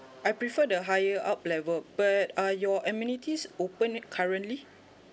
I prefer the higher up level but uh your amenities opened currently